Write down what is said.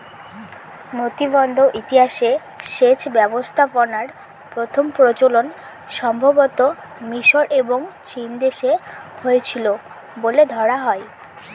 নথিবদ্ধ ইতিহাসে সেচ ব্যবস্থাপনার প্রথম প্রচলন সম্ভবতঃ মিশর এবং চীনদেশে হয়েছিল বলে ধরা হয়